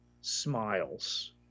smiles